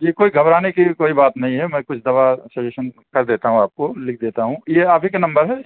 جی کوئی گھبرانے کی کوئی بات نہیں ہے میں کچھ دوا سجیشن کردیتا ہوں آپ کو لِکھ دیتا ہوں یہ آپ ہی کا نمبر ہے